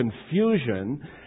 confusion